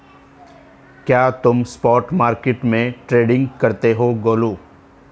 क्या तुम spot market में ट्रेडिंग करते हो गोलू?